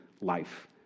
life